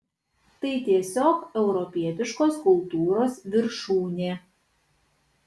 tai tiesiog europietiškos kultūros viršūnė